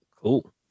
Cool